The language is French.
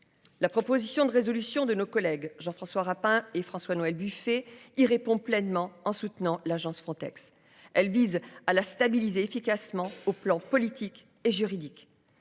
La proposition de résolution de nos collègues, Jean-François Rapin et François Noël Buffet il répond pleinement en soutenant l'agence Frontex. Elle vise à la stabiliser efficacement au plan politique et juridique.